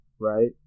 right